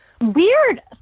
Weird